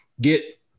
get